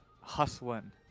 hustling